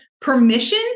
Permission